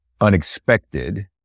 unexpected